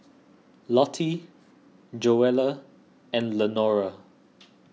Lottie Joella and Lenora